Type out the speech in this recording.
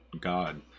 God